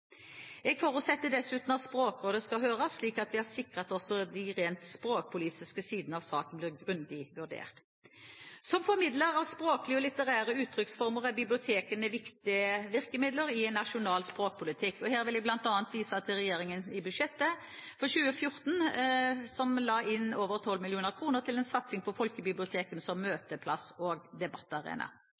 Jeg forutsetter dessuten at Språkrådet skal høres, slik at vi er sikret at også de rent språkpolitiske sidene av saken blir grundig vurdert. Som formidlere av språklige og litterære uttrykksformer, er bibliotekene viktige virkemidler i en nasjonal språkpolitikk. Her vil jeg bl.a. vise til at regjeringen i budsjettet for 2014 la inn over 12 mill. kr til en satsing på folkebibliotekene som møteplass og debattarena.